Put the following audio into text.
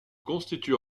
constitue